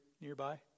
nearby